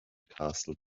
castle